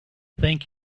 thank